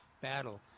battle